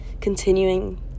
continuing